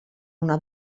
una